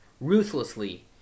ruthlessly